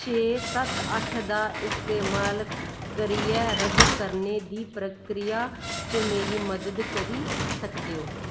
छे सत्त अट्ठ दा इस्तेमाल करियै रद्द करने दी प्रक्रिया च मेरी मदद करी सकदे ओ